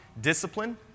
discipline